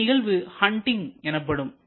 இந்நிகழ்வு ஹண்டிங் எனப்படும்